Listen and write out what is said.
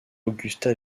augusta